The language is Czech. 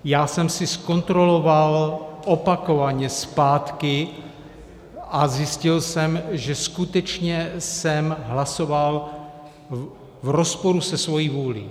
Já jsem si zkontroloval opakovaně zpátky a zjistil jsem, že skutečně jsem hlasoval v rozporu se svou vůlí.